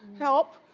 help.